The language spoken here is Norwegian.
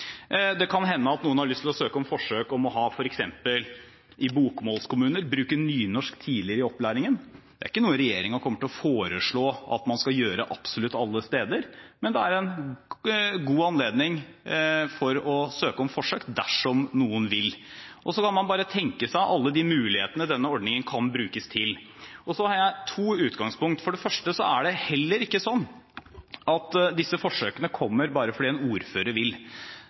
Det kan hende at f.eks. bokmålskommuner har lyst til å søke om forsøk på å bruke nynorsk tidligere i opplæringen. Dette er ikke noe regjeringen kommer til å foreslå at man skal gjøre absolutt alle steder, men det er en god anledning til å søke om forsøk, dersom noen vil. Så kan man bare tenke seg alle de mulighetene denne ordningen kan brukes til. Så har jeg to utgangspunkt: For det første er det heller ikke slik at disse forsøkene kommer bare fordi en ordfører vil